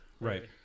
Right